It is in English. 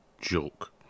joke